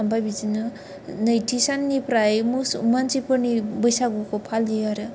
आमफ्राय बिदिनो नैथि साननिफ्राय मोसौ मानसिफोरनि बैसागुखौ फालियो आरो